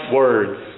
words